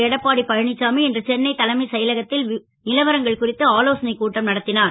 Edappadi Palaniswami இன்று சென்னை தலைமை செயலகத் ல் லவரங்கள் குறித்து ஆலோசனைக் கூட்டம் நடத் னார்